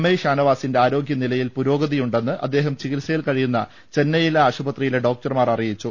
I ഷാനവാസിന്റെ ആരോഗ്യനിലയിൽ പുരോഗതിയുണ്ടെന്ന് അദ്ദേഹം ചികിത്സയിൽ കഴിയുന്ന ചെന്നൈ യിലെ ആശുപത്രിയിലെ ഡോക്ടർമാർ അറിയിച്ചു